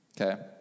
Okay